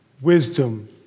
wisdom